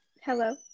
Hello